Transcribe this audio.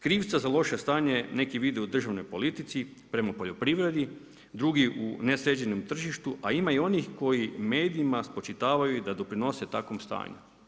Krivca za loše stanje neki ide u državnoj politici prema poljoprivredi, drugi u nesređenom tržištu a ima i onih koji medijima spočitavaju da doprinose takvom stanju.